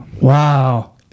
Wow